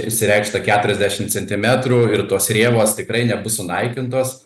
išsireikšta keturiasdešim centimetrų ir tos rėvos tikrai nebus sunaikintos